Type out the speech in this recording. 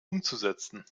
umzusetzen